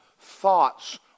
thoughts